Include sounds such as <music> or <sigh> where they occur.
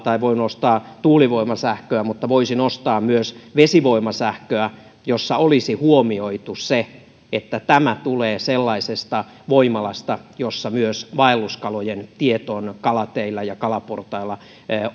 <unintelligible> tai voin ostaa tuulivoimasähköä mutta voisin ostaa myös vesivoimasähköä jossa olisi huomioitu se että tämä tulee sellaisesta voimalasta jossa myös vaelluskalojen tiet on kalateillä ja kalaportailla